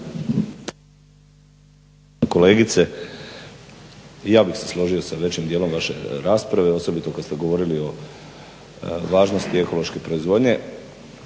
Kolegice i ja bih se složio sa većim dijelom vaše rasprave, osobito kad ste govorili o važnosti ekološke proizvodnje.